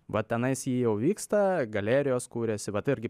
va tenais ji jau vyksta galerijos kuriasi vat irgi